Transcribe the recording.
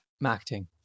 Marketing